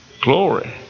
glory